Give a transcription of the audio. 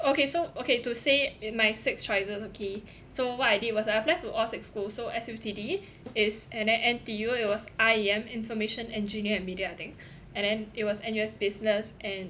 okay so okay to say it my six choices okay so what I did was I apply to all six schools so S_U_T_D is and then N_T_U it was I_E_M information engineer and media I think and then it was N_U_S business and